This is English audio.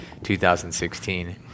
2016